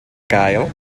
gael